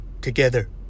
together